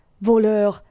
Voleur